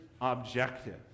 objective